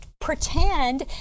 pretend